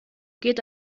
geht